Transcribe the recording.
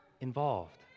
involved